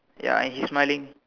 ya and he smiling